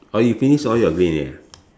oh you finish all your green already ah